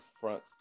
front